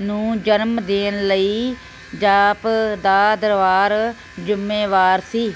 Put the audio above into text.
ਨੂੰ ਜਨਮ ਦੇਣ ਲਈ ਜਾਪਦਾ ਦਰਬਾਰ ਜ਼ਿੰਮੇਵਾਰ ਸੀ